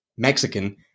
Mexican